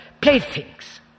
playthings